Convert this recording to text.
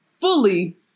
fully